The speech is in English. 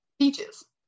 Peaches